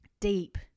deep